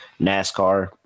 NASCAR